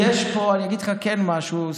אני אגיד לך משהו,